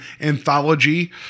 anthology